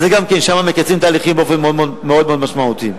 אז גם שם מקצרים תהליכים באופן מאוד מאוד משמעותי.